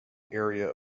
area